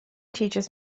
teaches